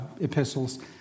epistles